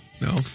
No